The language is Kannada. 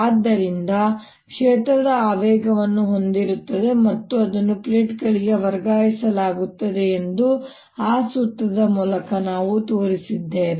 ಆದ್ದರಿಂದ ಕ್ಷೇತ್ರವು ಆವೇಗವನ್ನು ಹೊಂದಿರುತ್ತದೆ ಮತ್ತು ಅದನ್ನು ಪ್ಲೇಟ್ಗಳಿಗೆ ವರ್ಗಾಯಿಸಲಾಗುತ್ತದೆ ಎಂದು ಆ ಸೂತ್ರದ ಮೂಲಕ ನಾವು ತೋರಿಸಿದ್ದೇವೆ